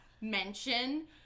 mention